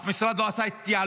אף משרד לא עשה התייעלות.